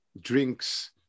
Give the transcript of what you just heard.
drinks